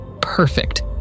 Perfect